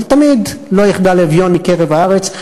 אבל תמיד "לא יחדל אביון מקרב הארץ",